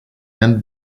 and